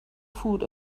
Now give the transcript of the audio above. food